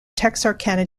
texarkana